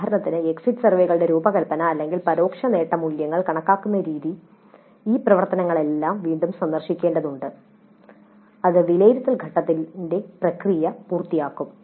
ഉദാഹരണത്തിന് എക്സിറ്റ് സർവേകളുടെ രൂപകൽപ്പന അല്ലെങ്കിൽ പരോക്ഷ നേട്ട മൂല്യങ്ങൾ കണക്കാക്കുന്ന രീതി ഈ പ്രവർത്തനങ്ങളെല്ലാം വീണ്ടും സന്ദർശിക്കേണ്ടതുണ്ട് അത് വിലയിരുത്തൽ ഘട്ടത്തിന്റെ പ്രക്രിയ പൂർത്തിയാക്കും